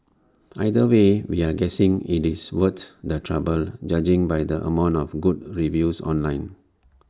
either way we're guessing IT is worth the trouble judging by the amount of good reviews online